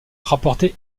rapporter